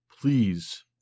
please